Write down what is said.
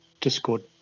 Discord